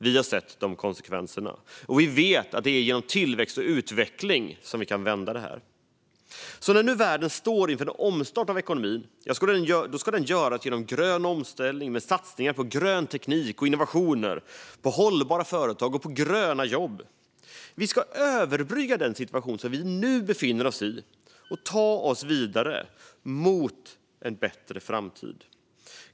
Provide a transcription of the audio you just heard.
Vi har sett konsekvenserna av det, och vi vet att det är genom tillväxt och utveckling som vi kan vända detta. När världen nu står inför en omstart av ekonomin ska den göras genom en grön omställning med satsningar på grön teknik och innovationer, på hållbara företag och på gröna jobb. Vi ska överbrygga den situation vi nu befinner oss i och ta oss vidare mot en bättre framtid.